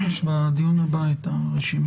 בדיון הבא נשמע על הרשימה.